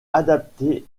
adaptées